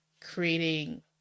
creating